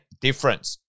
difference